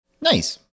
Nice